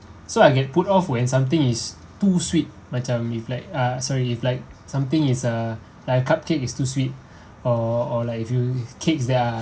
so I can put off when something is too sweet macam if like uh sorry if like something is uh like a cupcake is too sweet or or like if you cakes that are